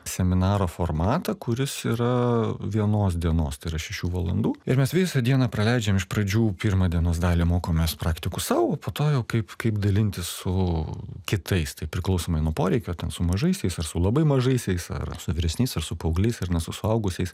seminaro formatą kuris yra vienos dienos tai yra šešių valandų ir mes visą dieną praleidžiam iš pradžių pirmą dienos dalį mokomės praktikų sau o po to jau kaip kaip dalintis su kitais taip priklausomai nuo poreikio ten su mažaisiais ar su labai mažaisiais ar su vyresniais ar su paaugliais ar ne su suaugusiais